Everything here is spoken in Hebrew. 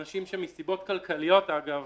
אנשים שמסיבות כלכליות, אגב,